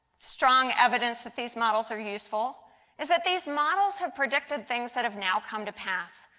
strong evidence that these models are useful is that these models have predicted things that have now come to pass.